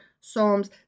Psalms